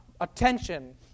attention